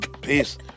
Peace